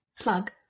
plug